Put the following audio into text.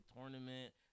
tournament